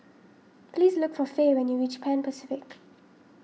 please look for Fae when you reach Pan Pacific